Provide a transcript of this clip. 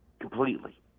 completely